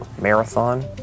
Marathon